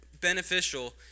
beneficial